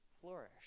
flourish